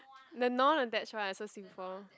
the non attach one I also see before